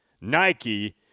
Nike